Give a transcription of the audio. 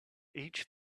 each